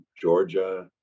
Georgia